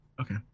Okay